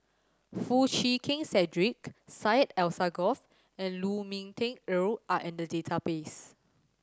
Foo Chee Keng Cedric Syed Alsagoff and Lu Ming Teh Earl are in the database